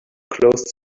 closed